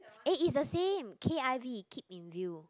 eh is the same K_I_V keep in view